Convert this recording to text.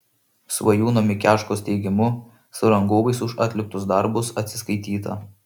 svajūno mikeškos teigimu su rangovais už atliktus darbus atsiskaityta